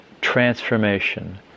transformation